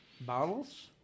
Bottles